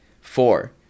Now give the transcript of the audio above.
four